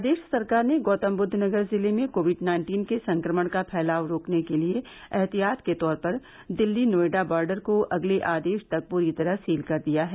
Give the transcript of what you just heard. प्रदेश सरकार ने गौतमबुद्ध नगर जिले में कोविड नाइन्टीन के संक्रमण का फैलाव रोकने के लिए एहतियात के तौर पर दिल्ली नोएडा बॉर्डर को अगले आदेश तक पूरी तरह सील कर दिया है